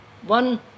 one